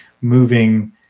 moving